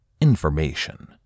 information